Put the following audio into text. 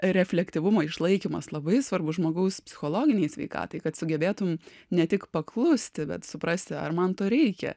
reflektyvumo išlaikymas labai svarbus žmogaus psichologinei sveikatai kad sugebėtum ne tik paklusti bet suprasti ar man to reikia